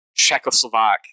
Czechoslovak